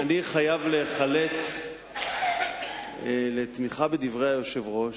אני חייב להיחלץ לתמיכה בדברי היושב-ראש,